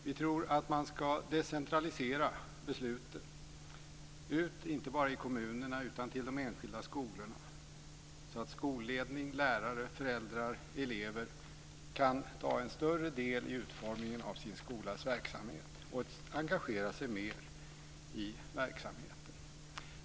Vi tror att man ska decentralisera besluten ut inte bara i kommunerna utan till de enskilda skolorna, så att skolledning, lärare, föräldrar och elever kan ta en större del i utformningen av sin skolas verksamhet och engagera sig mer i verksamheten.